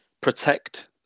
protect